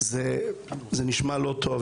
זה נשמע לא טוב.